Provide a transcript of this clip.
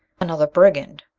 another brigand!